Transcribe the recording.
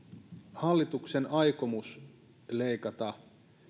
hallituksen aikomus leikata